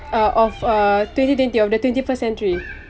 uh of uh twenty twenty of the twenty first century